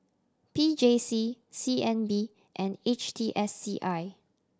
P J C C N B and H T S C I